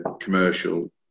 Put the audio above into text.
commercial